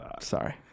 Sorry